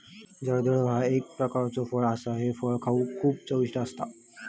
जर्दाळू ह्या एक प्रकारचो फळ असा हे फळ खाउक खूप चविष्ट असता